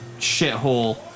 Shithole